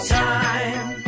time